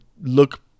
look